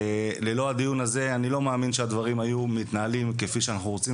ללא הדיון הזה אני לא מאמין שהדברים היו מתנהלים כפי שאנחנו רוצים